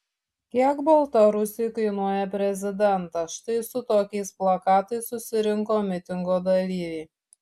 kiek baltarusiui kainuoja prezidentas štai su tokiais plakatais susirinko mitingo dalyviai